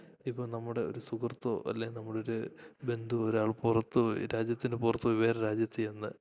ഇപ്പം നമ്മുടെ ഒരു സുഹൃത്തോ അല്ലേ നമ്മുടെ ഒരു ബന്ധു ഒരാൾ പുറത്ത് രാജ്യത്തിന് പുറത്ത് വേറെ ഒരു രാജ്യത്ത് ചെന്ന്